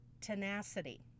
tenacity